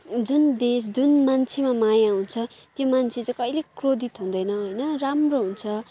जुन देश जुन मान्छेमा माया हुन्छ त्यो मान्छे चाहिँ कहिल्यै क्रोधित हुँदैन होइन राम्रो हुन्छ